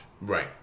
Right